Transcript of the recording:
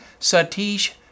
Satish